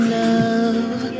love